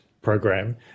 program